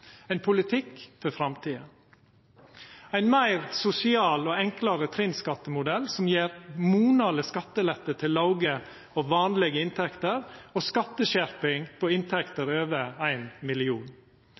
ein politikk for framtida ein meir sosial og enklare trinnskattemodell som gjev monaleg skattelette til låge og vanlege inntekter, og skatteskjerping på